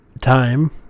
time